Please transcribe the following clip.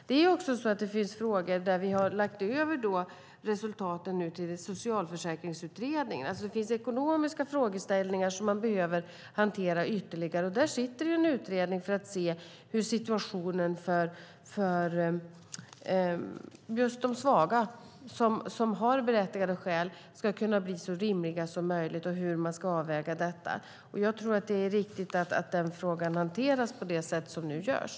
Det finns också frågor där vi har lagt över resultaten till Socialförsäkringsutredningen. Det finns ekonomiska frågeställningar som man behöver hantera ytterligare. Där arbetar en utredning för att se hur situationen för just de svaga som har berättigade skäl ska kunna bli så rimlig som möjligt och hur man ska avväga detta. Jag tror att det är riktigt att den frågan hanteras på det sätt som nu görs.